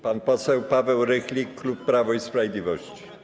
Pan poseł Paweł Rychlik, klub Prawo i Sprawiedliwości.